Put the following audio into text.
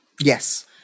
Yes